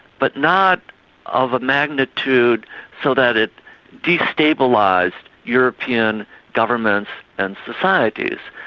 but not of a magnitude so that it destabilised european governments and societies.